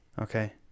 Okay